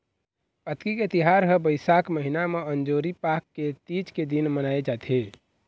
अक्ती के तिहार ह बइसाख महिना म अंजोरी पाख के तीज के दिन मनाए जाथे